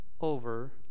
over